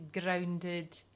grounded